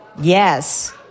Yes